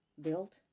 Built